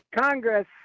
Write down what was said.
Congress